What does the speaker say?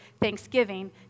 thanksgiving